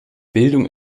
bildung